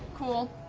cool.